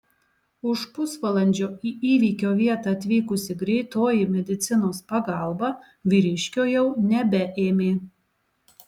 už pusvalandžio į įvykio vietą atvykusi greitoji medicinos pagalba vyriškio jau nebeėmė